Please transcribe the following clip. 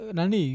Nani